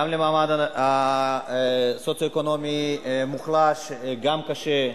גם למעמד הסוציו-אקונומי המוחלש, גם קשה.